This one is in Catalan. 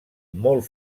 molt